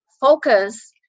focus